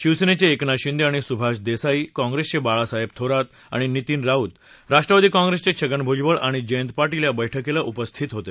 शिवसेनेचे एकनाथ शिंदे आणि सुभाष देसाई काँप्रेसचे बाळासाहेब थोरात आणि नितीन राऊत राष्ट्रवादी काँप्रेसचे छगन भुजबळ आणि जयंत पाटील या बैठकीला उपस्थित होते